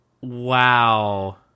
wow